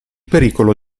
pericolo